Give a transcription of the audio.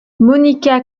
monika